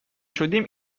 شدیم